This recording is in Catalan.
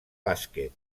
bàsquet